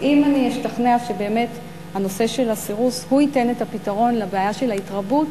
אם אני אשתכנע שבאמת הנושא של הסירוס ייתן את הפתרון לבעיה של ההתרבות,